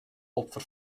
opfer